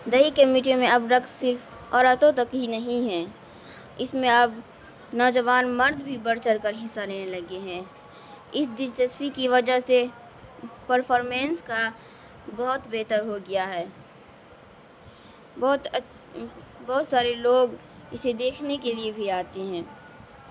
دیہی کمیٹیوں میں اب رقص صرف عورتوں تک ہی نہیں ہیں اس میں اب نوجوان مرد بھی بڑھ چڑھ کر حصہ لینے لگے ہیں اس دلچسپی کی وجہ سے پرفارمنس کا بہت بہتر ہو گیا ہے بہت بہت سارے لوگ اسے دیکھنے کے لیے بھی آتے ہیں